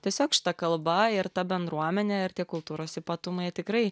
tiesiog šita kalba ir ta bendruomenė ir tie kultūros ypatumai tikrai